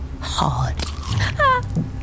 hard